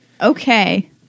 okay